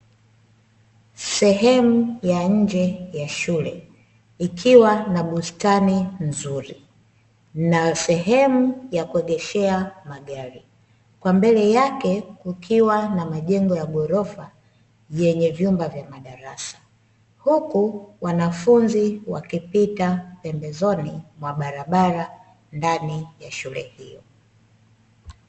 Sehemu ya nje ya shule, ikiwa na bustani nzuri na sehemu ya kuegeshea magari. Kwa mbele yake kukiwa na majengo ya ghorofa, yenye vyumba vya madarasa. Huku wanafunzi wakipita pembezoni, mwa barabara ndani ya shule hiyo.